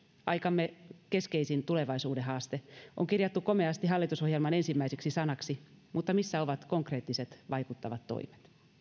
aikamme keskeisin tulevaisuuden haaste on kirjattu komeasti hallitusohjelmaan ensimmäiseksi sanaksi mutta missä ovat konkreettiset vaikuttavat toimet